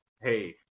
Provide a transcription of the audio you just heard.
hey